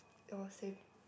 oh same